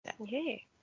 Okay